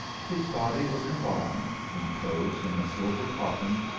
his body was embalmed, enclosed in a silver coffin,